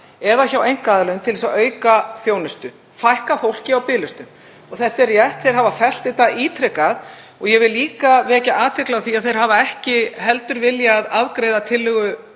eða hjá einkaaðilum, til að auka þjónustu og fækka fólki á biðlistum. Þetta er rétt, þeir hafa fellt þetta ítrekað og ég vil líka vekja athygli á því að þeir hafa ekki heldur viljað afgreiða tillögu